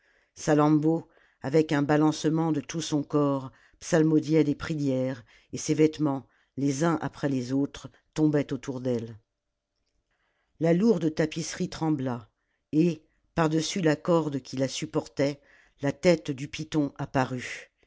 salammbô avec un balancement de tout son corps psalmodiait des prières et ses vêtements les uns après les autres tombaient autour d'elle la lourde tapisserie trembla et par-dessus ia corde qui la supportait la tête du python apparut